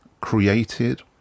created